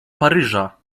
paryża